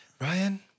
Ryan